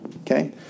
Okay